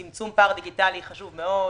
צמצום פער דיגיטלי חשוב מאוד.